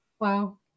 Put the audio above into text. wow